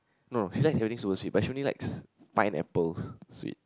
no she likes everything super sweet but she only likes pineapples sweet